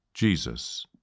Jesus